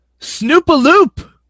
Snoopaloop